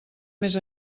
més